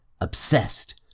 obsessed